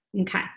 Okay